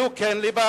זו כן ליבה?